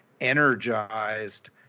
energized